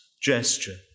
gesture